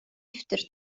дэвтэр